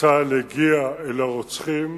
צה"ל הגיע אל הרוצחים